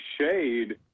shade